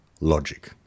logic